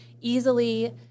easily